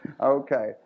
Okay